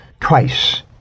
twice